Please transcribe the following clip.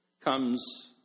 comes